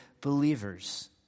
believers